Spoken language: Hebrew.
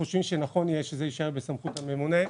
אנחנו חושבים שנכון יהיה שזה יישאר בסמכות הממונה,